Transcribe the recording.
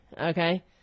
okay